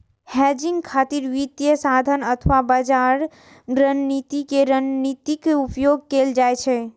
hedging खातिर वित्तीय साधन अथवा बाजार रणनीति के रणनीतिक उपयोग कैल जाइ छै